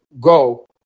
go